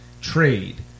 trade